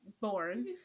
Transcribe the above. born